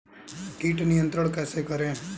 कीट नियंत्रण कैसे करें?